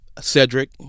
Cedric